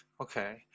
Okay